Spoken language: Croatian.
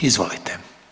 Izvolite.